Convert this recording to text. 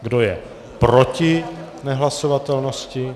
Kdo je proti nehlasovatelnosti?